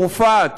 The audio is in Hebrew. צרפת,